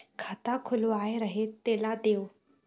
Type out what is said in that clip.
खाता खुलवाय रहे तेला देव?